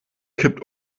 kippt